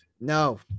No